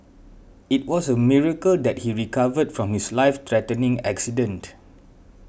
it was a miracle that he recovered from his life threatening accident